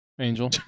Angel